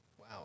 Wow